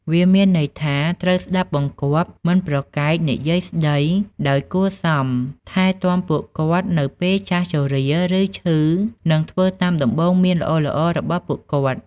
វាមានន័យថាត្រូវ ស្តាប់បង្គាប់ មិនប្រកែក និយាយស្ដីដោយគួរសម ថែទាំពួកគាត់នៅពេលចាស់ជរា ឬឈឺ និងធ្វើតាមដំបូន្មានល្អៗរបស់ពួកគាត់។